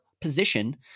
position